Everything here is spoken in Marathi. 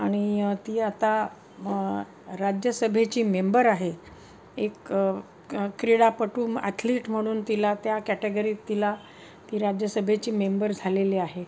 आणि ती आता राज्यसभेची मेंबर आहे एक क्रीडापटू ॲथलीट म्हणून तिला त्या कॅटेगरीत तिला ती राज्यसभेची मेंबर झालेली आहे